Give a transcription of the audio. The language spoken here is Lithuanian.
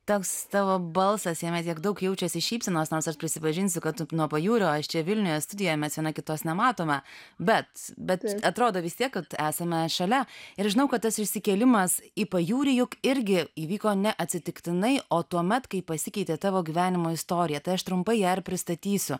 toks tavo balsas jame tiek daug jaučiasi šypsenos nors ar prisipažinsiu kad nuo pajūrio aš čia vilniuje studijoje mes viena kitos nematome bet bet atrodo vis tiek kad esame šalia ir žinau kad tas išsikėlimas į pajūrį juk irgi įvyko neatsitiktinai o tuomet kai pasikeitė tavo gyvenimo istorija tai aš trumpai ją ir pristatysiu